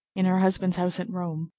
in her husband's house at rome,